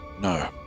No